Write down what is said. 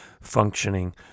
functioning